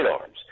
arms